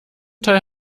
teil